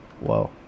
whoa